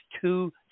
two